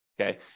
Okay